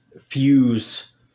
fuse